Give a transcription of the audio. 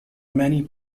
many